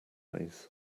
lies